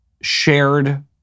shared